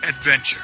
adventure